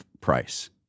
price